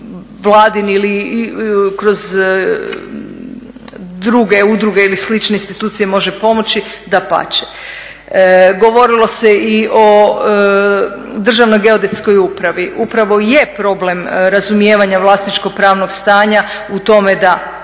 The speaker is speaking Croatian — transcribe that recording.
ili kroz druge udruge ili slične institucije može pomoći dapače. Govorilo se i o Državnoj geodetskoj upravi, upravo je problem razumijevanja vlasničko pravnog stanja u tome da